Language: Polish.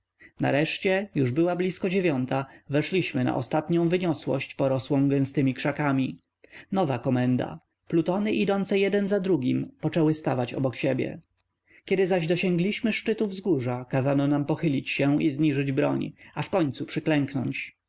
nareszcie już była blisko dziewiąta weszliśmy na ostatnią wyniosłość porosłą gęstymi krzakami nowa komenda plutony idące jeden za drugim poczęły stawać obok siebie gdy zaś dosięgliśmy szczytu wzgórza kazano nam pochylić się i zniżyć broń a wkońcu przyklęknąć